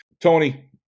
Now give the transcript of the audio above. Tony